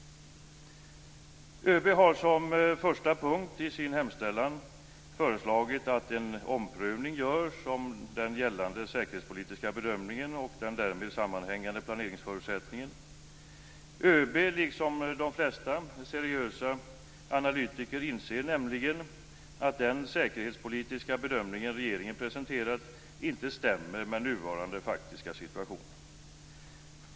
ÖB har som första punkt i sin hemställan föreslagit att en omprövning görs av den gällande säkerhetspolitiska bedömningen och den därmed sammanhängande planeringsförutsättningen. ÖB, liksom de flesta seriösa analytiker, inser nämligen att den säkerhetspolitiska bedömning som regeringen presenterat inte stämmer med nuvarande faktiska situation.